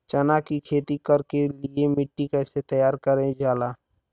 चना की खेती कर के लिए मिट्टी कैसे तैयार करें जाला?